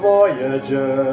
Voyager